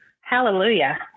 hallelujah